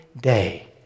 day